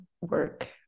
work